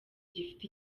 gifite